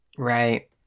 Right